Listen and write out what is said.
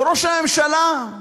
ראש הממשלה,